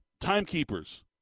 Timekeepers